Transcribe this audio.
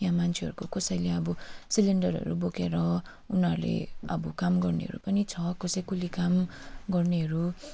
यहाँ मान्छेहरूको कसैले अब सिलिन्डरहरू बोकेर उनीहरूले अब काम गर्नेहरू पनि छ कसै कुल्ली काम गर्नेहरू